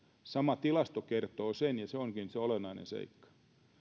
sama tilasto kertoo tämän joka onkin se olennainen seikka